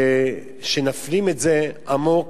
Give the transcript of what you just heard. שנפנים את זה עמוק